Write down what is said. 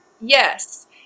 Yes